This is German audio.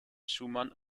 schumann